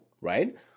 right